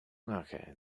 okay